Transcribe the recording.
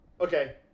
okay